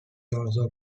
also